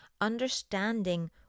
understanding